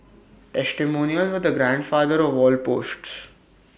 testimonials were the grandfather of wall posts